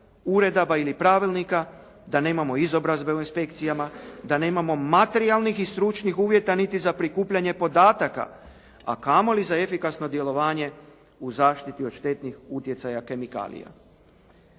uredaba ili pravilnika, da nemamo izobrazbe u inspekcijama, da nemamo materijalnih ni stručnih uvjeta niti za prikupljanje podataka, a kamoli za efikasno djelovanje u zaštiti od štetnih utjecaja kemikalija.